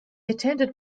attended